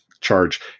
charge